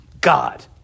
God